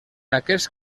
aquest